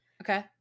Okay